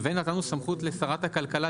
ונתנו סמכות לשרת הכלכלה,